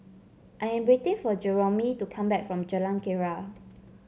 I am waiting for Jeromy to come back from Jalan Keria